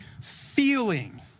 feeling